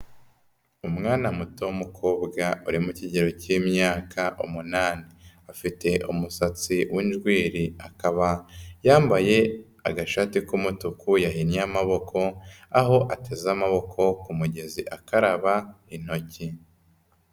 Umwana muto w'umukobwa uri mu kigero cy'imyaka umunani, afite umusatsi w'injwiri, akaba yambaye agashati k'umutuku yahinnye amaboko, aho ateze amaboko ku mugezi akaraba intoki.